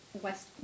West